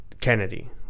Kennedy